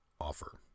offer